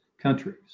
countries